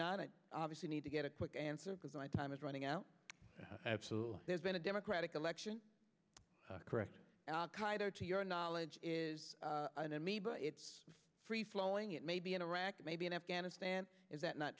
i obviously need to get a quick answer because my time is running out absolutely there's been a democratic election correct there to your knowledge is an amoeba it's free flowing it may be in iraq maybe in afghanistan is that not